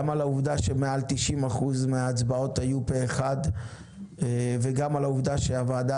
גם על העובדה שמעל 90% מההצבעות היו פה אחד וגם על העובדה שהוועדה